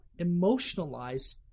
emotionalize